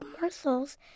morsels